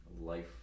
life